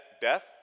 Death